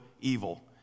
evil